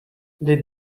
les